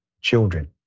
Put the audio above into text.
children